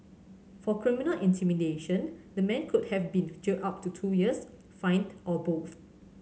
for criminal intimidation the man could have been jailed up to two years fined or both